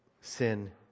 sin